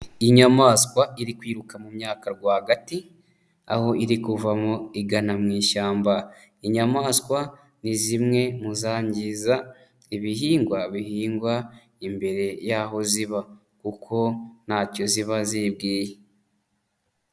Inyamaswa iri kwiruka mu myaka rwagati aho iri kuvamo igana mu ishyamba, inyamaswa ni zimwe mu zangiza ibihingwa bihingwa imbere y'aho ziba kuko ntacyo ziba ziyibwiye.